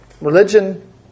religion